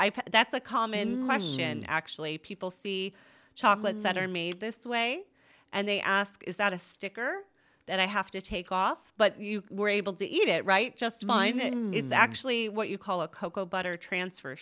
so that's a common russian actually people see chocolates that are made this way and they ask is that a sticker that i have to take off but you were able to eat it right just fine and in the actually what you call a cocoa butter transfer